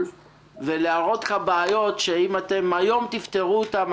ולהראות לך בעיות שאם אתם יום תפתרו אותן,